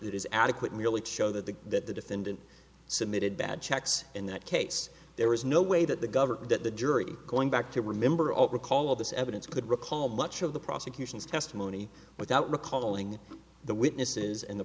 it is adequate merely to show that the that the defendant submitted bad checks in that case there is no way that the government that the jury going back to remember or recall of this evidence could recall much of the prosecution's testimony without recalling the witnesses and the